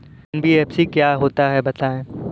NBFC क्या होता है बताएँ?